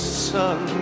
sun